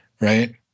right